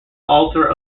altar